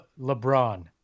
LeBron